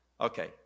Okay